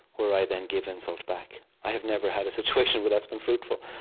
where i then give insult back. i have never had a situation where that's been fruitful,